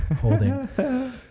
holding